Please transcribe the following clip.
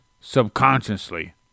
subconsciously